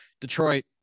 Detroit